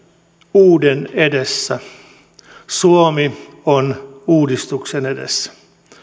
uuden edessä suomi on uudistuksen edessä